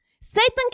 Satan